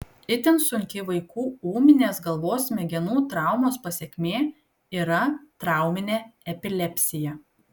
itin sunki vaikų ūminės galvos smegenų traumos pasekmė yra trauminė epilepsija